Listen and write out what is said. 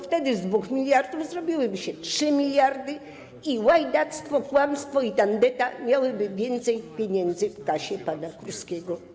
Wtedy z 2 mld zrobiłyby się 3 mld i łajdactwo, kłamstwo i tandeta miałyby więcej pieniędzy w kasie pana Kurskiego.